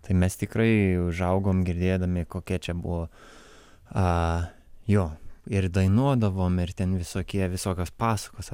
tai mes tikrai užaugom girdėdami kokia čia buvo a jo ir dainuodavom ir ten visokie visokios pasakos